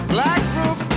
Black-roof